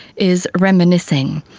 is reminiscing.